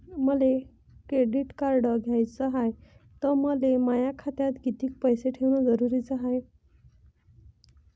मले credit card घ्याचं हाय, त मले माया खात्यात कितीक पैसे ठेवणं जरुरीच हाय?